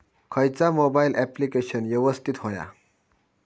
खयचा mobile application यवस्तित होया?